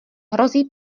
hrozí